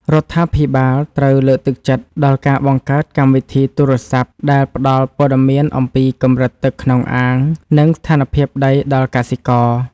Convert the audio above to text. រដ្ឋាភិបាលត្រូវលើកទឹកចិត្តដល់ការបង្កើតកម្មវិធីទូរស័ព្ទដែលផ្តល់ព័ត៌មានអំពីកម្រិតទឹកក្នុងអាង និងស្ថានភាពដីដល់កសិករ។